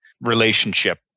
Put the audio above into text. relationship